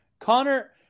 Connor